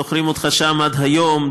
זוכרים אותך שם היום,